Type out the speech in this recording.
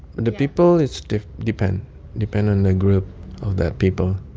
the people it's depend depend on the group of that people.